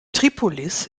tripolis